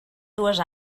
dues